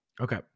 Okay